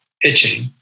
pitching